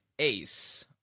Ace